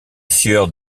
sieur